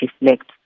reflect